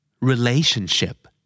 Relationship